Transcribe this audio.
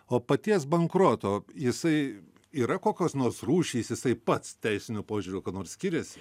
o paties bankroto jisai yra kokios nors rūšys jisai pats teisiniu požiūriu kuo nors skiriasi